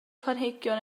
planhigion